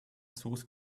source